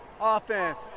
offense